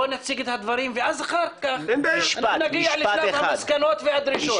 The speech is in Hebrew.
בואו נציג את הדברים ואז אחר כך נגיע לשלב המסקנות והדרישות.